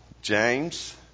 James